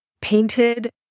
painted